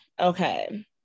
okay